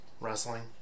wrestling